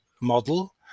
model